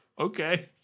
okay